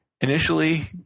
Initially